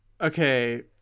okay